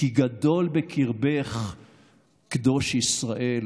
כי גדול בקרבך קְדוש ישראל.